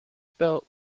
spelt